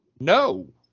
no